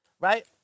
right